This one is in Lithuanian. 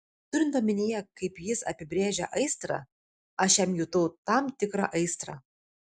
turint omenyje kaip jis apibrėžia aistrą aš jam jutau tam tikrą aistrą